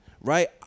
right